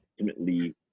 ultimately